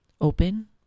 open